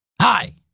Hi